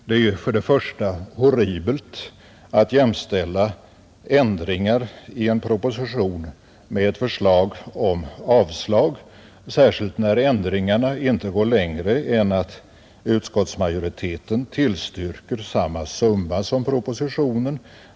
Det är för det första horribelt att jämställa ändringar i en proposition med ett förslag om avslag, särskilt när ändringarna inte går längre än att utskottsmajoriteten tillstyrker samma summa som föreslås i propositionen.